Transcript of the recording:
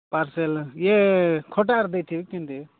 parcel ଇଏ ଖଟାର ଦେଇ ଥିବି କେମିତି